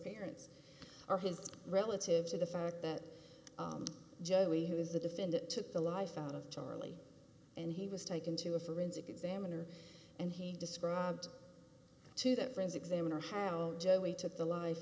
parents or his relative to the fact that joey who is the defendant took the life out of charlie and he was taken to a forensic examiner and he described to that friends examiner how joey took the life